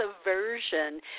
aversion